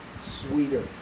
sweeter